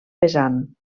pesant